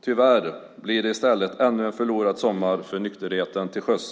Tyvärr blir det i stället ännu en förlorad sommar för nykterheten till sjöss.